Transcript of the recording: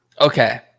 Okay